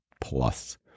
plus